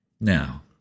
Now